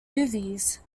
movies